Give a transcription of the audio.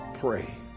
pray